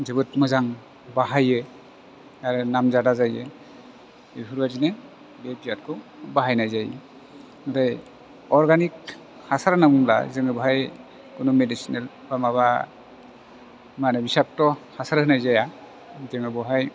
जोबोद मोजां बाहायो आरो नाम जादा जायो बेफोरबायदिनो बे बियादखौ बाहायनाय जायो ओमफ्राय अरगानिक हासार होनना बुङोब्ला जों बाजाय खुनु मिडिसिनेल बा माबा मा होनो बिसाखथ' हासार होनाय जाया जोङो बहाय